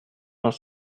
vingt